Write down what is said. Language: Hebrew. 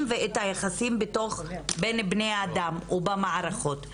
ואת היחסים בין בני האדם ובמערכות.